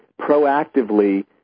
proactively